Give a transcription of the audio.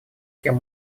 кем